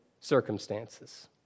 circumstances